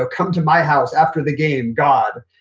ah come to my house after the game, god.